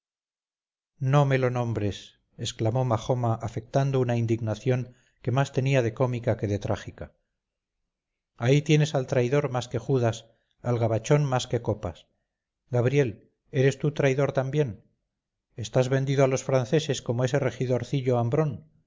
no me lo nombres exclamó majoma afectando una indignación que más tenía de cómica que de trágica ahí tienes al traidor más que judas al gabachón más que copas gabriel eres tú traidor también estás vendido a los franceses como ese regidorcillo hambrón